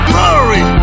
Glory